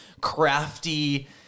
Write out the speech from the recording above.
crafty